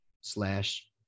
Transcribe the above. slash